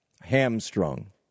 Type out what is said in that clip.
hamstrung